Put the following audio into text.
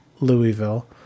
Louisville